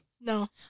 no